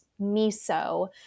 miso